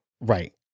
Right